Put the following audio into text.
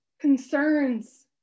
concerns